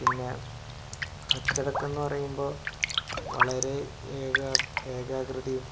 പിന്നെ അച്ചടക്കം എന്ന് പറയുമ്പോൾ വളരെ ഏക ഏകാകൃതിയും